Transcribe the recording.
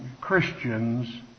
Christians